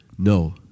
No